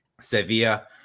Sevilla